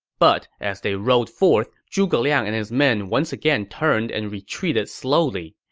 but as they rode forth, zhuge liang and his men once again turned and retreated slowly.